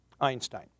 Einstein